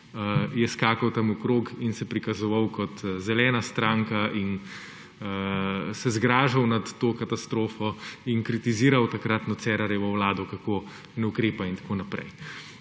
je skakal tam okrog in se prikazoval kot zelena stranka in se zgražal nad to katastrofo in kritiziral takratno Cerarjevo vlado, kako ne ukrepa.. Sedaj